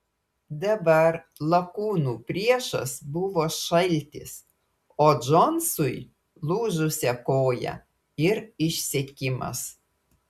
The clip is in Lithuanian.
dabar lakūnų priešas buvo šaltis o džonsui lūžusia koja ir išsekimas